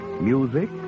music